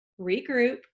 regroup